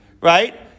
right